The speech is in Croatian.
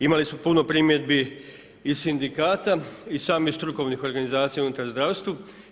Imali smo puno primjedbi i sindikata i samih strukovnih organizacija unutar zdravstva.